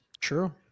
True